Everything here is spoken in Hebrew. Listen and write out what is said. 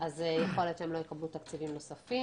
יכול להיות שהם לא יקבלו תקציבים נוספים.